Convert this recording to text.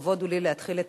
לכבוד הוא לי להתחיל את